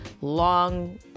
long